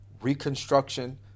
Reconstruction